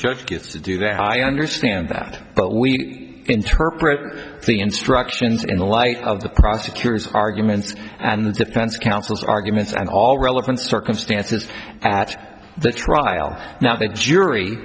judge gets to do that i understand that but we interpret the instructions in the light of the prosecutor's arguments and the defense counsel's arguments and all relevant circumstances at the trial now the jury